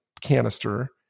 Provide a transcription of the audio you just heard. canister